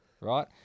right